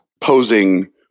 posing